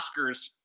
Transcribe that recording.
Oscars